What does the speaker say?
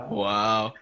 wow